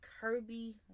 Kirby